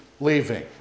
leaving